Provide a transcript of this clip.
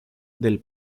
del